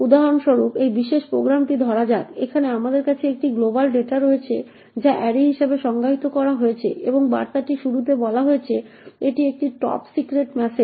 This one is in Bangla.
উদাহরণ স্বরূপ এই বিশেষ প্রোগ্রামটি ধরা যাক এখানে আমাদের কাছে একটি গ্লোবাল ডেটা রয়েছে যা অ্যারে হিসাবে সংজ্ঞায়িত করা হয়েছে এবং এই বার্তাটির শুরুতে বলা হয়েছে এটি একটি টপ সিক্রেট ম্যাসেজ